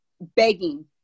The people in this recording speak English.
begging